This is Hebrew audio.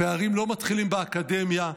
הפערים לא מתחילים באקדמיה,